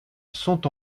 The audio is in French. sont